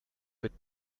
with